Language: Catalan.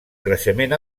creixement